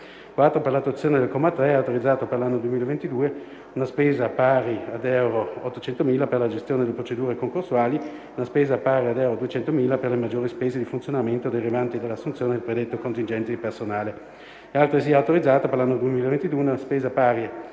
165. 4. Per l' attuazione del comma 3, è autorizzata, per l'anno 2022, una spesa pari ad euro 800.000 per la gestione delle procedure concorsuali e una spesa pari ad euro 200.000 per le maggiori spese di funzionamento derivanti dall'assunzione del predetto contingente di personale. È altresì autorizzata, per l'anno 2022, una spesa pari